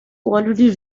already